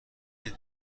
چیزه